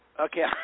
okay